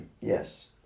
Yes